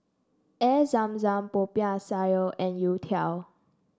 Air Zam Zam Popiah Sayur and Youtiao